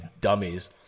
dummies